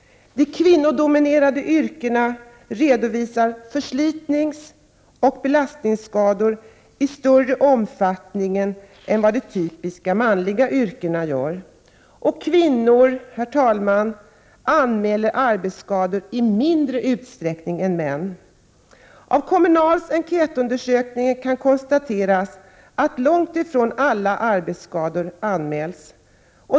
De kvinnodominerade yrkena redovisar förslitningsoch belastningsskador i större omfattning än vad de ”typiskt manliga yrkena” gör. Kvinnor, herr talman, anmäler arbetsskador i mindre utsträckning än män. Av Kommunals enkätundersökning kan man konstatera att långt ifrån alla arbetsskador anmäls.